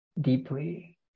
deeply